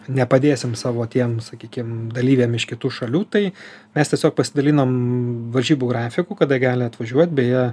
nepadėsim savo tiem sakykim dalyviam iš kitų šalių tai mes tiesiog pasidalinam varžybų grafiku kada gali atvažiuot beje